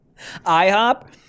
IHOP